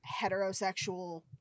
heterosexual